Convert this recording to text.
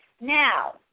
now